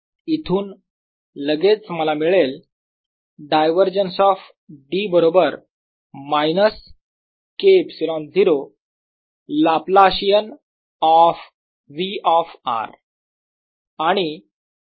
इथून लगेच मला मिळेल डायव्हरजन्स ऑफ D बरोबर minus K ε0 Laplacian of V of r